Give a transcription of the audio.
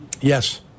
Yes